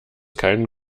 keinen